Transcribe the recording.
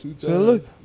look